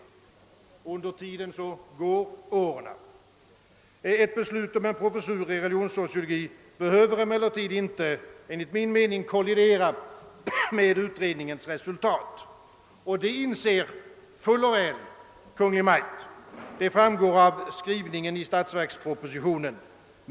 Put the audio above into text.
Och under tiden går åren. Ett beslut om en professur i religionssociologi bör emellertid enligt min mening inte kollidera med utredningens resultat. Detta inser Kungl. Maj:t fuller väl, det framgår av skrivningen i statsverkspropositionen.